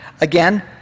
Again